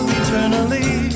eternally